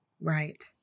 Right